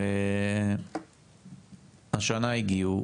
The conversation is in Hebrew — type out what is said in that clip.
השנה הגיעו